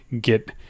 get